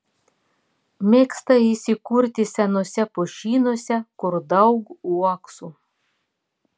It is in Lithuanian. mėgsta įsikurti senuose pušynuose kur daug uoksų